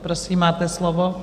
Prosím, máte slovo.